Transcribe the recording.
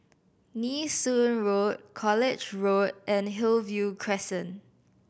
Nee Soon Road College Road and Hillview Crescent